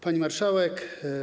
Pani Marszałek!